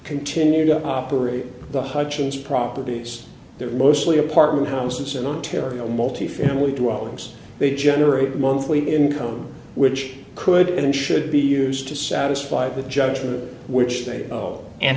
continue to operate the hutchens properties there are mostly apartment houses in ontario multi family dwellings they generate monthly income which could and should be used to satisfy the judgment which they owe and